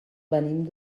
venim